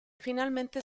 finalmente